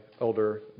Elder